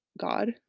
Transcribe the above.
God